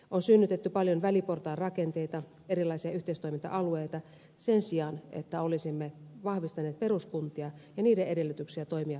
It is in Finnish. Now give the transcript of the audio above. on synnytetty paljon väliportaan rakenteita erilaisia yhteistoiminta alueita sen sijaan että olisimme vahvistaneet peruskuntia ja niiden edellytyksiä toimia palveluiden järjestäjinä